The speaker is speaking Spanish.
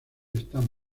están